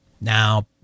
Now